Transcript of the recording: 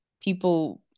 people